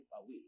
away